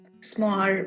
small